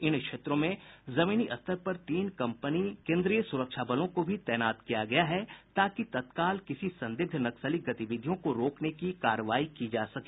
इन क्षेत्रों में जमीनी स्तर पर तीन कंपनी केन्द्रीय सुरक्षा बलों को भी तैनात किया गया है ताकि तत्काल किसी संदिग्ध नक्सली गतिविधियों को रोकने की कार्रवाई की जा सके